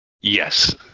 Yes